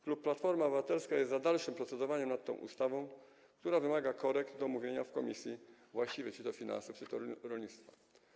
Klub Platforma Obywatelska jest za dalszym procedowaniem nad tą ustawą, która wymaga korekt, domówienia we właściwej komisji, czy to finansów, czy to rolnictwa.